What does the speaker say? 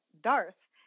Darth